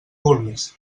vulguis